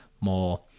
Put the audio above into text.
more